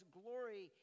glory